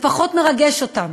מרגש אותם.